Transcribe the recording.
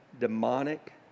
demonic